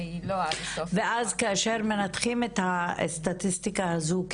שהיא לא עד הסוף- -- ואז כאשר מנתחים את הסטטיסטיקה הזו,